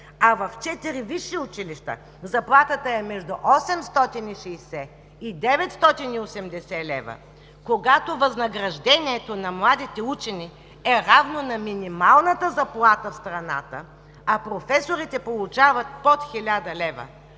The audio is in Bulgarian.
четири висши училища заплатата е между 860 и 980 лв., когато възнаграждението на младите учени е равно на минималната заплата в страната, а професорите получават под 1000 лв.,